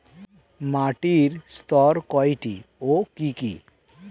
মাটির স্তর কয়টি ও কি কি?